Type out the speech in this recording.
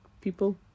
people